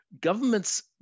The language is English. Governments